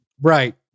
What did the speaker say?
Right